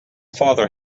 father